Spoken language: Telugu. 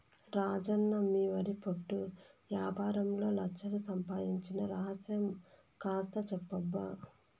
రాజన్న మీ వరి పొట్టు యాపారంలో లచ్ఛలు సంపాయించిన రహస్యం కాస్త చెప్పబ్బా